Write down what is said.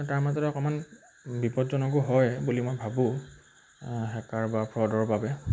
তাৰ মাজতে অকণমান বিপদজনকো হয় বুলি মই ভাবোঁ হেকাৰ বা ফ্ৰডৰ বাবে